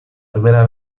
primera